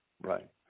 right